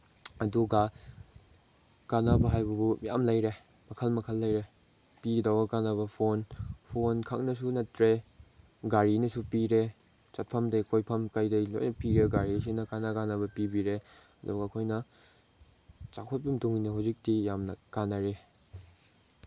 ꯑꯗꯨꯒ ꯀꯥꯟꯅꯕ ꯍꯥꯏꯕꯕꯨ ꯌꯥꯝ ꯂꯩꯔꯦ ꯃꯈꯜ ꯃꯈꯜ ꯂꯩꯔꯦ ꯄꯤꯗꯧꯕ ꯀꯥꯟꯅꯕ ꯐꯣꯟ ꯐꯣꯟꯈꯛꯅꯁꯨ ꯅꯠꯇ꯭ꯔꯦ ꯒꯥꯔꯤꯅꯁꯨ ꯄꯤꯔꯦ ꯆꯠꯐꯝꯗꯒꯤ ꯀꯣꯏꯐꯝ ꯀꯩꯗꯒꯤ ꯂꯣꯏꯅ ꯄꯤꯔꯦ ꯒꯥꯔꯤꯁꯤꯅ ꯀꯥꯟꯅ ꯀꯥꯟꯅꯕ ꯄꯤꯕꯤꯔꯦ ꯑꯗꯨꯒ ꯑꯩꯈꯣꯏꯅ ꯆꯥꯎꯈꯠꯄꯒꯤ ꯃꯇꯨꯡꯏꯟꯅ ꯍꯧꯖꯤꯛꯇꯤ ꯌꯥꯝꯅ ꯀꯥꯟꯅꯔꯦ